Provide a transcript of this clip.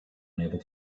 unable